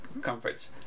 comforts